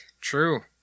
True